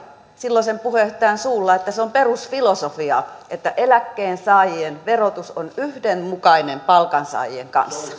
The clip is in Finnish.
silloisen puheenjohtajan suulla että se on perusfilosofia että eläkkeensaajien verotus on yhdenmukainen palkansaajien kanssa